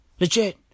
Legit